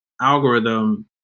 algorithm